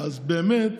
אז באמת,